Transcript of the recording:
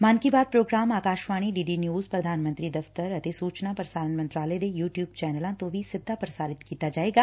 ਮਨ Ki Baat programme Akashvani D D News ਪ੍ਰਧਾਨ ਮੰਤਰੀ ਦਫ਼ਤਰ ਅਤੇ ਸੂਚਨਾ ਪ੍ਰਸਾਰਣ ਮੰਤਰਾਲੇ ਦੇ ਯੁ ਟਿਉਬ ਚੈਨਲਾਂ ਤੋਂ ਵੀ ਸਿੱਧਾ ਪ੍ਰਸਾਰਿਤ ਕੀਤਾ ਜਾਵੇਗਾ